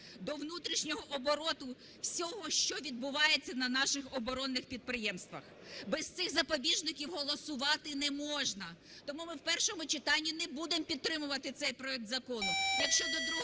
до внутрішнього обороту всього, що відбувається на наших оборонних підприємствах. Без цих запобіжників голосувати не можна. Тому ми в першому читанні не будемо підтримувати цей проект закону.